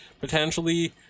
potentially